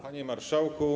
Panie Marszałku!